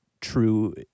true